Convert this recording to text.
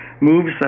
moves